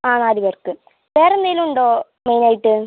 ആ നാലു പേർക്ക് വേറെ എന്തെങ്കിലുമുണ്ടോ മെയിനായിട്ട്